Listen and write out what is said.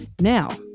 now